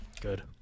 Good